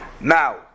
Now